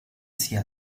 sia